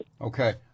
Okay